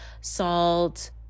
salt